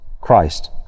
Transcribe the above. Christ